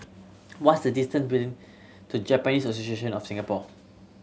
what is the distance to Japanese of Singapore